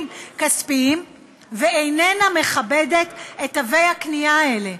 כספיים ואיננה מכבדת את תווי הקנייה האלה?